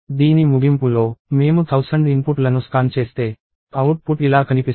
దీని ముగింపులో మేము 1000 ఇన్పుట్లను స్కాన్ చేస్తే అవుట్పుట్ ఇలా కనిపిస్తుంది